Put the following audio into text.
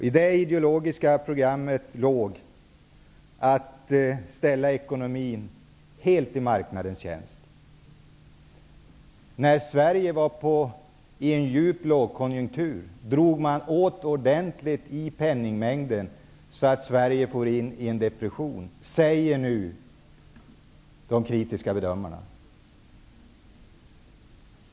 I det ideologiska programmet låg att ekonomin helt skulle vara i marknadens tjänst. När Sverige var i en djup lågkonjunktur drog man åt ordentligt i penningmängden, så att Sverige for in i en depression, säger nu de kritiska bedömarna.